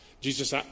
Jesus